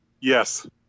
Yes